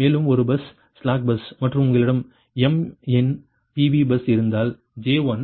மேலும் ஒரு bus slack bus மற்றும் உங்களிடம் m எண் PV பஸ் இருந்தால் J1